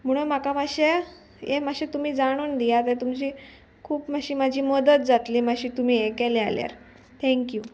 म्हणून म्हाका मातशें हें मातशें तुमी जाणून दिया ते तुमची खूब मातशी म्हाजी मदत जातली मातशी तुमी हें केलें जाल्यार थँक्यू